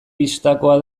bistakoa